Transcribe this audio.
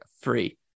free